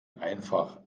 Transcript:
einfach